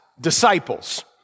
disciples